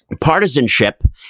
partisanship